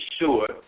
sure